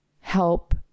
help